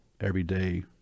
everyday